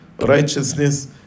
righteousness